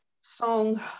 song